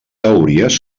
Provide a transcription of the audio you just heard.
teories